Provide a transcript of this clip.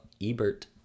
Ebert